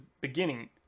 beginning